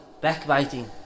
backbiting